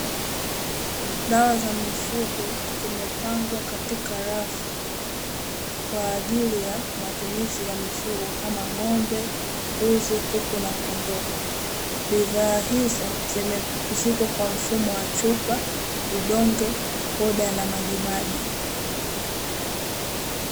Dawa za mifugo zimepangwa katika rafu kwa ajili ya matumizi ya mifugo kama ng`ombe, mbuzi, kuku na kondoo bidhaa hizo zimewekwa kwa mfumo wa chupa, vidonge, poda na majimaji.